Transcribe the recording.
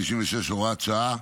156, הוראת שעה,